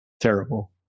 Terrible